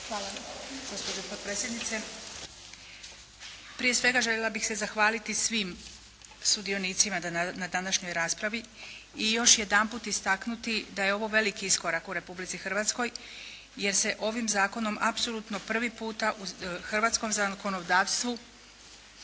Hvala gospođo potpredsjednice. Prije svega, željela bih se zahvaliti svim sudionicima na današnjoj raspravi i još jedanput istaknuti da je ovo veliki iskorak u Republici Hrvatskoj, jer se ovim zakonom apsolutno prvi puta u hrvatskom zakonodavstvu